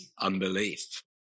unbelief